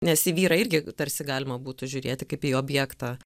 nes į vyrą irgi tarsi galima būtų žiūrėti kaip į objektą